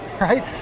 right